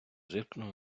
зиркнув